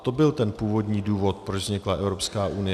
To byl ten původní důvod, proč vznikla Evropská unie.